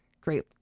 great